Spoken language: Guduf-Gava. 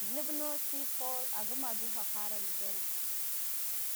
Lhebbno tsiif ho a ngurnaduha hara ndike na